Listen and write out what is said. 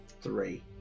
three